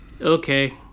Okay